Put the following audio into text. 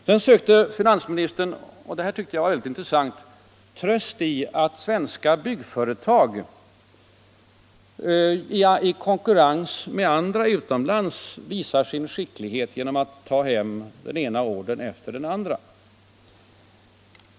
Sedan sökte finansministern — och det tyckte jag var mycket intressant — tröst i att svenska byggföretag i konkurrens med andra utomlands visat sin skicklighet genom att ta hem den ena ordern efter den andra.